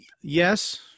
Yes